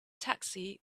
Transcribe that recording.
taxi